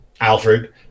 Alfred